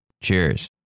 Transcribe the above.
Cheers